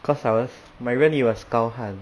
cause I was 任意 was 高汉